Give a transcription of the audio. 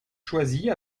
choisis